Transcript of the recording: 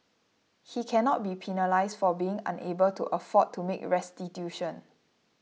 he cannot be penalised for being unable to afford to make restitution